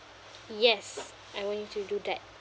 yes I want you to do that